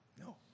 No